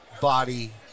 body